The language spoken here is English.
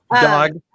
Dog